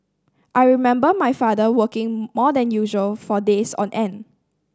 I remember my father working more than usual for days on end